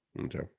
Okay